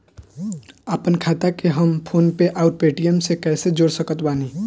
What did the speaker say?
आपनखाता के हम फोनपे आउर पेटीएम से कैसे जोड़ सकत बानी?